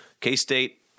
K-State